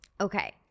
Okay